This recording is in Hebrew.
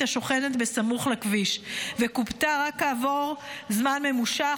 השוכנת בסמוך לכביש וכובתה רק כעבור זמן ממושך,